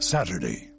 Saturday